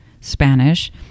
Spanish